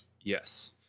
yes